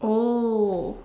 oh